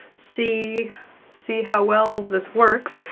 see see how well this works.